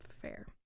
Fair